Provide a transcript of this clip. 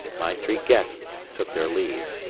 my three guests took their leave.